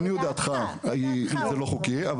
לעניות דעתך זה לא חוקי,